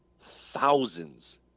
thousands